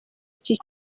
iki